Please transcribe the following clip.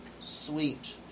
sweet